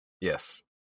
Yes